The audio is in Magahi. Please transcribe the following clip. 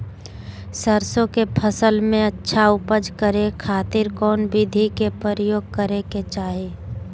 सरसों के फसल में अच्छा उपज करे खातिर कौन विधि के प्रयोग करे के चाही?